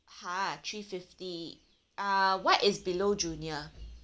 !huh! three fifty uh what is below junior